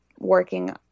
working